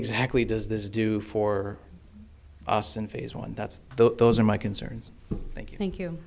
exactly does this do for us in phase one that's the those are my concerns thank you you thank